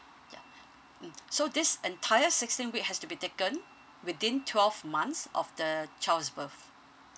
ya mm so this entire sixteen week has to be taken within twelve months of the child's birth